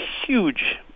huge